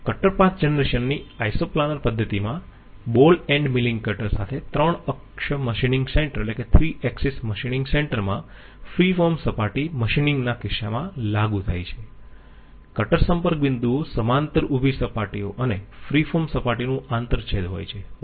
cutter path generation ની iso planar પદ્ધતિમાં ball end milling cutter સાથે 3 અક્ષ મશિનિંગ સેન્ટર માં ફ્રી ફોર્મ સપાટી મશિનિંગના કિસ્સામાં લાગુ થાય છે કટર સંપર્ક બિંદુઓ સમાંતર ઉભી સપાટીઓ અને ફ્રી ફોર્મ સપાટીનું આંતરછેદ હોય છે બરાબર